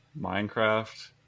minecraft